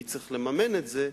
מי צריך לממן את זה,